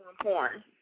porn